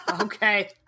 Okay